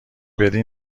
بدی